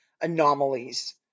anomalies